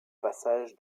passage